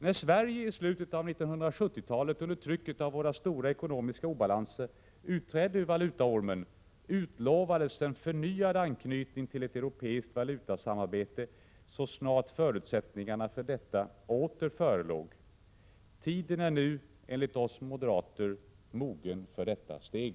När Sverige i slutet av 1970-talet under trycket av våra stora ekonomiska obalanser utträdde ur valutaormen utlovades en förnyad anknytning till ett europeiskt valutasamarbete så snart förutsättningarna för detta åter förelåg. Tiden är nu enligt oss moderater mogen för detta steg.